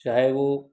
चाहे वह